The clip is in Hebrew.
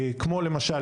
כמו למשל,